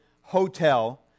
hotel